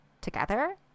together